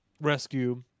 rescue